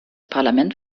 parlament